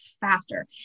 faster